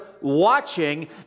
watching